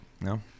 No